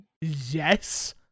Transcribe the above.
Yes